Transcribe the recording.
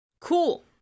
cool